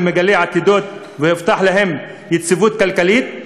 מגלי עתידות והובטחה להם יציבות כלכלית?